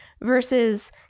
Versus